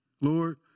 Lord